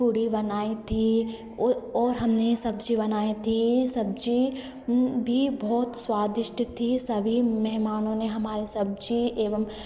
पूड़ी बनाई थी ओर और हमने सब्ज़ी बनाई थी सब्ज़ी भी बहुत स्वादिष्ट थी सभी मेहमानों ने हमारे सब्ज़ी एवं